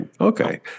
Okay